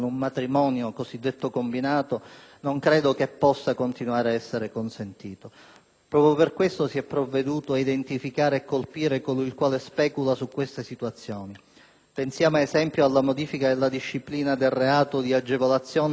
Proprio per questo motivo si è provveduto a identificare e colpire chi specula su queste situazioni. Pensiamo, ad esempio, alla modifica della disciplina del reato di agevolazione nella permanenza di stranieri irregolari oppure al reato di favoreggiamento di clandestinità.